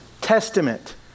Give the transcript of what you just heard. Testament